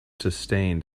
sustained